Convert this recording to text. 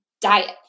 diet